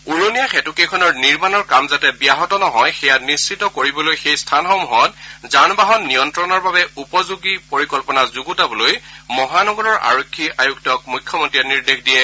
উৰণীয়া সেঁতুকেইখনৰ নিৰ্মাণৰ কাম যাতে ব্যাহত নহয় সেয়া নিশ্চিত কৰিবলৈ সেই স্থানসমূহত যান বাহন নিয়ন্ত্ৰণৰ বাবে উপযোগী পৰিকল্পনা যুগুতাবলৈ মহানগৰৰ আৰক্ষী আয়ুক্তক মুখ্যমন্ত্ৰীয়ে নিৰ্দেশ দিয়ে